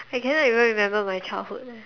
I cannot even remember my childhood leh